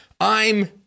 I'm